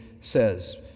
says